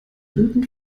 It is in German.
würden